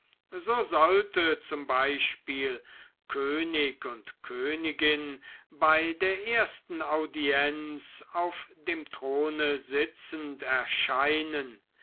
so sollte zum beispiel könig und königin bei der ersten audienz auf dem throne sitzend erscheinen